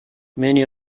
many